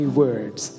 words